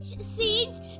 Seeds